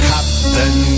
Captain